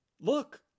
Look